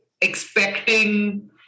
expecting